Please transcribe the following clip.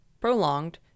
prolonged